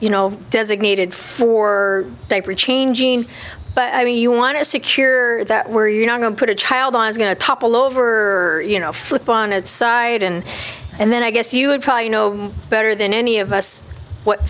you know designated for diaper changing but i mean you want to secure that where you're not going to put a child on is going to topple over you know flip on its side in and then i guess you would probably know better than any of us what